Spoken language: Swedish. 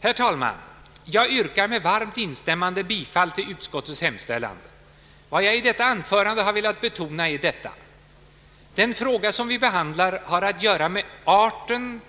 Herr talman! Jag yrkar med varmt instämmande bifall till utskottets hemställan. Vad jag i detta anförande har velat betona är: Den fråga vi nu behandlar har att göra med arten